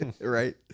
right